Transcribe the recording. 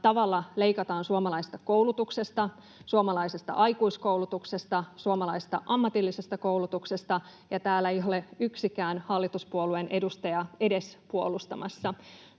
tavalla leikataan suomalaisesta koulutuksesta, suomalaisesta aikuiskoulutuksesta, suomalaisesta ammatillisesta koulutuksesta, ja täällä ei ole yksikään hallituspuolueen edustaja edes puolustamassa.